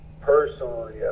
personally